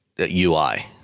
ui